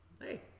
Hey